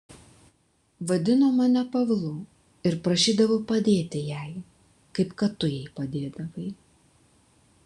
vadino mane pavlu ir prašydavo padėti jai kaip kad tu jai padėdavai